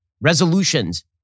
resolutions